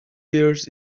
years